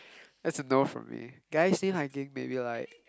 that's a no from me guy's name I think maybe like